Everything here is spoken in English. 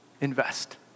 invest